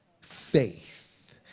faith